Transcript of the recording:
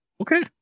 Okay